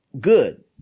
good